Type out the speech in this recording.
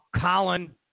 Colin